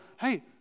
hey